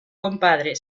compadre